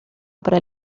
para